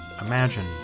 imagine